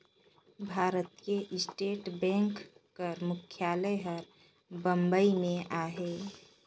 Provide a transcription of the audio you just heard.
भारतीय state bank कर मुख्यालय हर बंबई में अहे